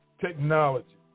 technology